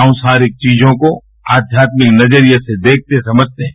संसारिक चीजों को आध्यात्मिक नजरिए से देखते समझते हैं